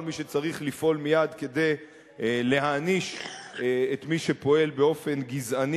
או כל מי שצריך לפעול מייד כדי להעניש את מי שפועל באופן גזעני,